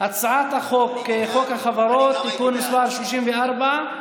הצעת חוק החברות (תיקון מס' 34)